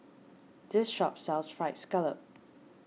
this shop sells Fried Scallop